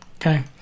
okay